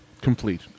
complete